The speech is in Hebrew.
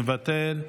מוותר,